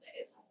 days